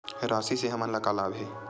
राशि से हमन ला का लाभ हे?